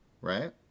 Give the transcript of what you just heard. right